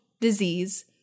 disease